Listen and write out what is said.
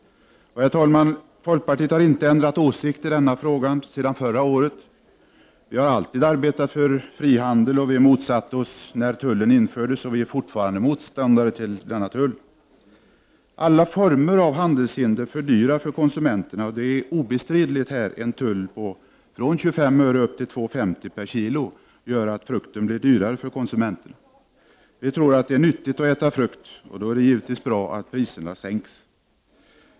Herr talman! Folkpartiet har inte ändrat åsikt i denna fråga sedan förra året. Vi har alltid arbetat för frihandel. Vi motsatte oss att tullen infördes och är fortfarande motståndare mot denna tull. Alla former av handelshinder fördyrar för konsumenterna. Det är obestridligt att en tull, på 25 öre eller upp till 2:50 kr. per kilo, gör att frukten blir dyrare för konsumenterna. Det är nyttigt att äta frukt, och då är det givetvis bra att priserna sänks.